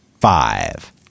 five